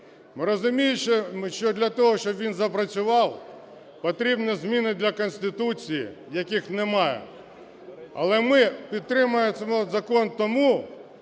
Ми розуміємо, щоб для того, щоб він запрацював, потрібні зміни до Конституції, яких немає. Але ми підтримуємо цей закон тому,